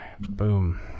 boom